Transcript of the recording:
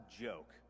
joke